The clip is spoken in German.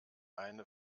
eine